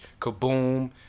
Kaboom